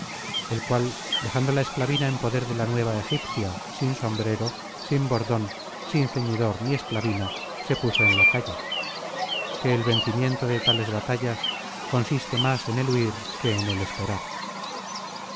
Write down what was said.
el cual dejando la esclavina en poder de la nueva egipcia sin sombrero sin bordon sin ceñidor ni esclavina se puso en la calle que el vencimiento de tales batallas consiste más en el huir que en el esperar